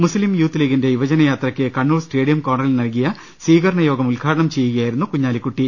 മുസ്ലിം youth ലീഗിന്റെ യുവജനയാ ത്രയ്ക്ക് കണ്ണൂർ സ്റ്റേഡിയം കോർണറിൽ നൽകിയ സ്വീകരണ യോഗം ഉദ്ഘാടനം ചെയ്യുകയായിരുന്നു കുഞ്ഞാലിക്കുട്ടി